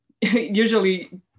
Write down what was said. usually